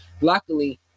Luckily